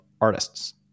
artists